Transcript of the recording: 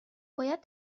باید